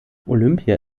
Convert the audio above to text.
olympia